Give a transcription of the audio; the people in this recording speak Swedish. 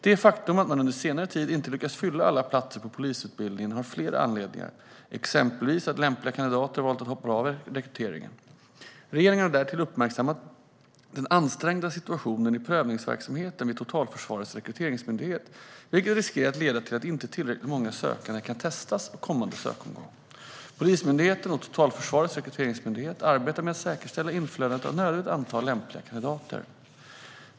Det faktum att man under senare tid inte lyckats fylla alla platser på polisutbildningen har flera anledningar, exempelvis att lämpliga kandidater valt att hoppa av rekryteringen. Regeringen har därtill uppmärksammat den ansträngda situationen i prövningsverksamheten vid Totalförsvarets rekryteringsmyndighet, som riskerar att leda till att inte tillräckligt många sökande kan testas kommande sökomgång. Polismyndigheten och Totalförsvarets rekryteringsmyndighet arbetar med att säkerställa inflödet av nödvändigt antal lämpliga kandidater.